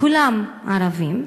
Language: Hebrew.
כולם ערבים,